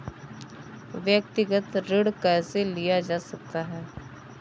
व्यक्तिगत ऋण कैसे लिया जा सकता है?